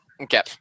Okay